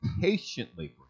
patiently